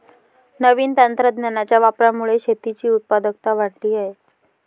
नवीन तंत्रज्ञानाच्या वापरामुळे शेतीची उत्पादकता वाढली आहे